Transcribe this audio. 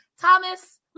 Thomas